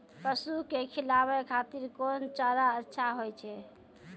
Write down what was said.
पसु के खिलाबै खातिर कोन चारा अच्छा होय छै?